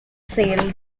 sale